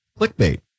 Clickbait